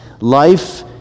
life